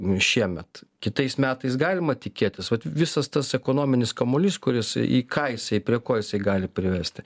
šiemet kitais metais galima tikėtis visas tas ekonominis kamuolys kuris į ką jisai prie ko jisai gali privesti